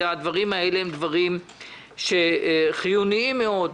אלה דברים חיוניים מאוד.